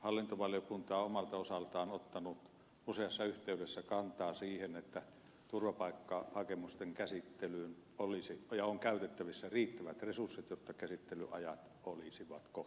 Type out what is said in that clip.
hallintovaliokunta on omalta osaltaan ottanut useassa yhteydessä kantaa siihen että turvapaikkahakemusten käsittelyyn on käytettävissä riittävät resurssit jotta käsittelyajat olisivat kohtuulliset